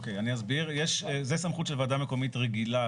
בתכנית רגילה למגורים,